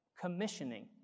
commissioning